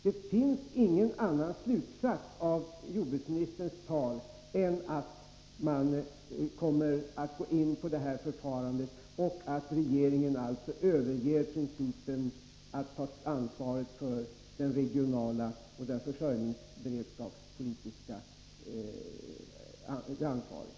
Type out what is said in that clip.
Det finns ingen annan slutsats att dra av jordbruksministerns tal än att man kommer att gå in för detta förfarande och att regeringen alltså överger principen att ta det regionala och försörjningsberedskapspolitiska ansvaret.